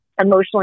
emotionally